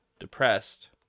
depressed